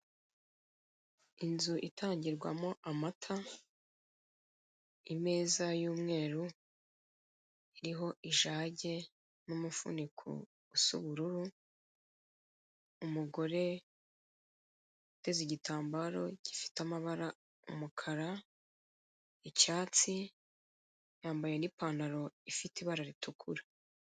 Inzu itangirwamo amata, imeza y'umweru, iriho ijage n'umufuniko usa ubururu, umugore uteze igitambaro gifite amabara: umukara, icyatsi, yambaye n'ipantaro ifite ibara ritukura.